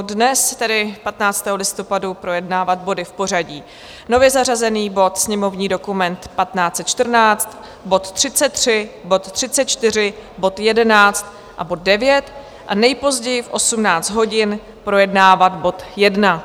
Dnes, tedy 15. listopadu, projednávat body v tomto pořadí: nově zařazený bod, sněmovní dokument 1514, bod 33, bod 34, bod 11 a bod 9 a nejpozději v 18 hodin projednávat bod 1.